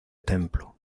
templo